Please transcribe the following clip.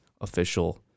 official